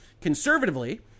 Conservatively